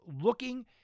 looking